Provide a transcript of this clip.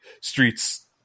Streets